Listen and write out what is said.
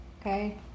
okay